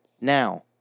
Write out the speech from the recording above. Now